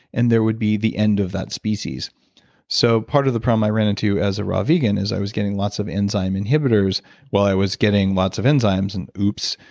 and that would be the end of that species so, part of the problem i ran into as a raw vegan is i was getting lots of enzyme inhibitors while i was getting lots of enzymes and oops,